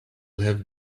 have